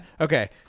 Okay